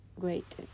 great